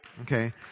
Okay